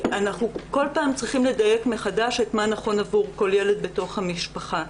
שכל פעם צריכים לדייק מחדש את המ שנכון עבור כל ילד בתוך המשפחה.